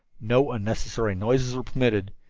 no unnecessary noises were permitted,